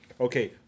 Okay